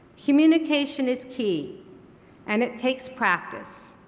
communication is key and it takes practice.